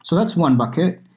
so that's one bucket.